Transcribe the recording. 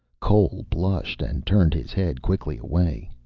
cole blushed and turned his head quickly away.